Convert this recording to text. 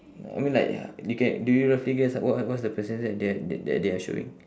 I mean like you can do you roughly guess like wha~ what's the percentage they're that they they are showing